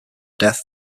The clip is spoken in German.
death